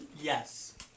Yes